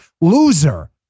loser